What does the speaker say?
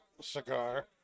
cigar